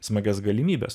smagias galimybes